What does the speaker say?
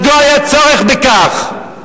מדוע היה צורך בכך?